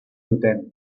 duten